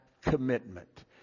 commitment